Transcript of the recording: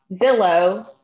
zillow